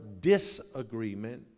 disagreement